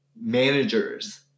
managers